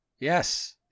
Yes